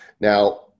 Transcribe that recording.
Now